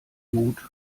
mut